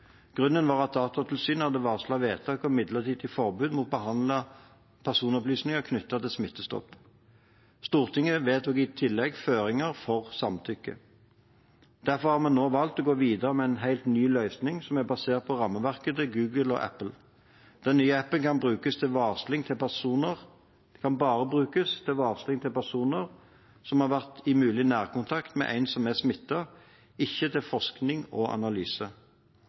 Grunnen var at Datatilsynet hadde varslet vedtak om midlertidig forbud mot å behandle personopplysninger knyttet til Smittestopp. Stortinget vedtok i tillegg føringer for samtykke. Derfor har vi nå valgt å gå videre med en helt ny løsning som er basert på rammeverket til Google og Apple. Den nye appen kan bare brukes til varsling til personer som har vært i mulig nærkontakt med en som er smittet, ikke til forskning og analyse.